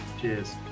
Cheers